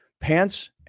pants